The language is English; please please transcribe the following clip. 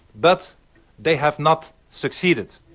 but they have not succeeded.